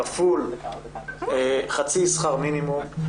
כפול חצי שכר מינימום,